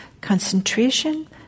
Concentration